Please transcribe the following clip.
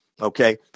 Okay